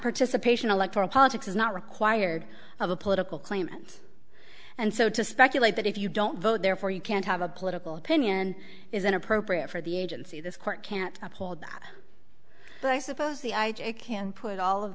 participation electoral politics is not required of a political claimant and so to speculate that if you don't vote therefore you can't have a political opinion is inappropriate for the agency this court can't uphold but i suppose the i j a can put all of